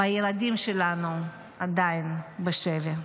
והילדים שלנו עדיין בשבי.